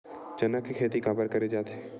चना के खेती काबर करे जाथे?